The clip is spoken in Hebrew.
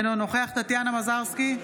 אינו נוכח טטיאנה מזרסקי,